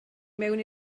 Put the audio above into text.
mewn